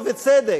ובצדק,